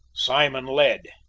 simon led,